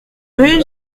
rue